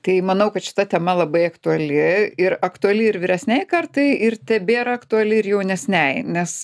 tai manau kad šita tema labai aktuali ir aktuali ir vyresnei kartai ir tebėra aktuali ir jaunesnei nes